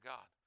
God